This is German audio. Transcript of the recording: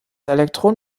elektron